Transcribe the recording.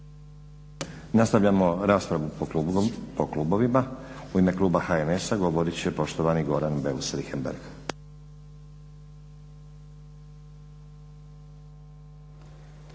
Nastavljamo raspravu po klubovima. U ime klub HNS-a govorit će poštovani Goran Beus Richembergh.